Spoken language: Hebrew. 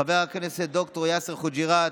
חבר הכנסת ד"ר יאסר חוג'יראת,